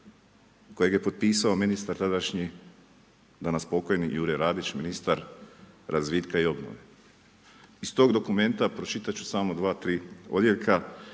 kojeg je potpisao ministar tadašnji, danas pokojni Jure Radić ministar razvitka i obnove. Iz tog dokumenta pročitat ću samo 2, 3 odjeljka